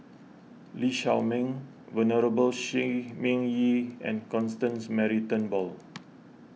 Lee Shao Meng Venerable Shi Ming Yi and Constance Mary Turnbull